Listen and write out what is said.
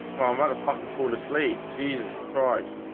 well, i'm gonna fucking fall asleep jesus christ